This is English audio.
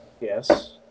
Yes